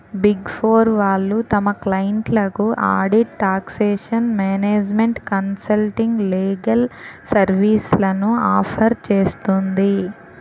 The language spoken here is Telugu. బిగ్ ఫోర్ వాళ్ళు తమ క్లయింట్లకు audit, taxation, management consulting, legal సర్వీస్లను ఆఫర్ చేస్తుంది